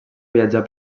viatjar